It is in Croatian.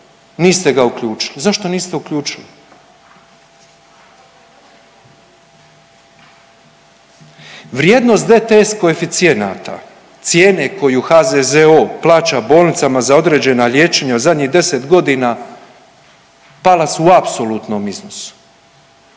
niste ga uključili. Zašto niste uključili? Vrijednost DTS koeficijenata, cijene koju HZZO plaća bolnicama za određena liječenja u zadnjih 10 godina pala su u apsolutnom iznosu.